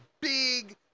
big